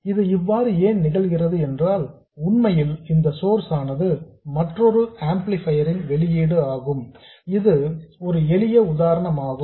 இது இவ்வாறு ஏன் நிகழ்கிறது என்றால் உண்மையில் இந்த சோர்ஸ் ஆனது மற்றொரு ஆம்ப்ளிபையரின் வெளியீடு ஆகும் இது ஒரு எளிய உதாரணமாகும்